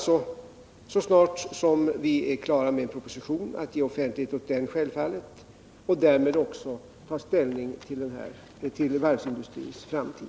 Så snart vi är klara med propositionen kommer vi självfallet att ge offentlighet åt den och därmed också ta ställning till varvsindustrins framtid.